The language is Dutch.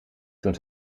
toen